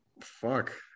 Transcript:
Fuck